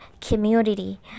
community